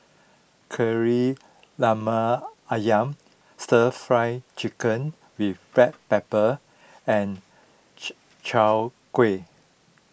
Kari Lemak Ayam Stir Fried Chicken with Black Pepper and Chwee Kueh